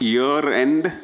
Year-end